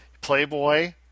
Playboy